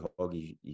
Hoggy